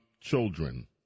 children